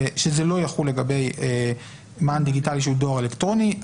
שזה לא יחול לגבי מען דיגיטלי שהוא דואר אלקטרוני.